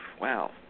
Wow